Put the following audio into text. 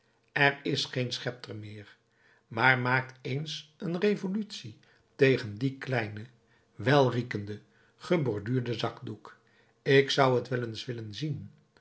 er is geen schepter meer maar maakt eens een revolutie tegen dien kleinen welriekenden geborduurden zakdoek ik zou t wel eens willen zien